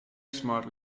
smart